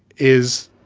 is,